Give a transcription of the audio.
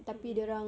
mmhmm